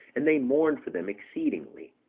and they mourned for them exceedingly.